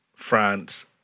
France